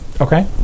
Okay